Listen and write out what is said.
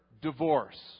divorce